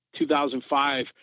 2005